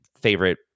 favorite